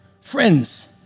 Friends